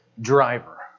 driver